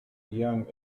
young